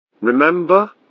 Remember